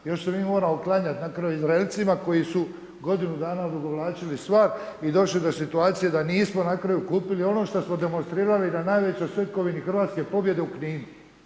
Još se mi moramo klanjati na kraju Izraelcima, koji su godinu dana odugovlačili stvar i došli do situacije da nismo na kraju kupili ono što smo demonstrirali na najvećoj svetkovini hrvatske pobjede u Kninu.